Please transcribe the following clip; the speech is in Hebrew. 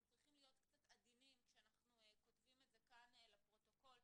מיפוי לא עדכני של צרכים מול מסגרות,